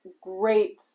great